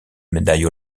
médaille